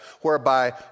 whereby